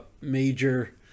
major